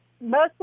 mostly